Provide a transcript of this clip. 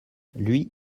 lui